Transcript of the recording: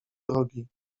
drogi